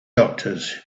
doctors